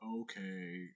okay